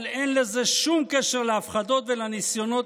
אבל אין לזה שום קשר להפחדות ולניסיונות